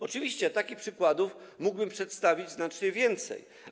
Oczywiście takich przykładów mógłbym przedstawić znacznie więcej.